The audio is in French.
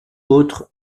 autre